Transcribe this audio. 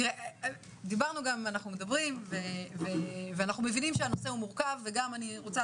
אנחנו מדברים ומבינים שהנושא מורכב ואני כבר רוצה